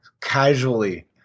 casually